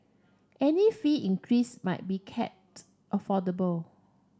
any fee increase must be kept affordable